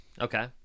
Okay